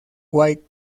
white